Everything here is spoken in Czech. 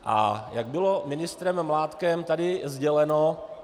A jak bylo ministrem Mládkem tady sděleno...